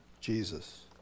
Jesus